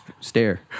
stare